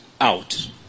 out